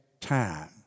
time